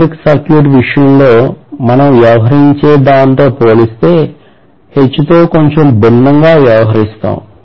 electric circuit విషయంలో మనం వ్యవహరించే దానితో పోలిస్తే H తో కొంచెం భిన్నంగా వ్యవహరిస్తాము